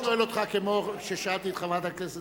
אני שואל אותך כמו ששאלתי את חברת הכנסת